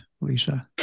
Lisa